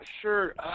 sure